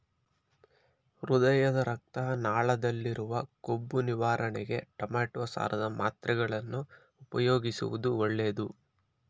ಹೃದಯದ ರಕ್ತ ನಾಳದಲ್ಲಿರುವ ಕೊಬ್ಬು ನಿವಾರಣೆಗೆ ಟೊಮೆಟೋ ಸಾರದ ಮಾತ್ರೆಗಳನ್ನು ಉಪಯೋಗಿಸುವುದು ಒಳ್ಳೆದು